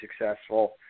successful